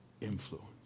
influence